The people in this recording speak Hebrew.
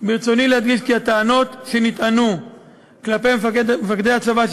כי הטענות שנטענו כלפי מפקדי הצבא,